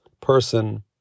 person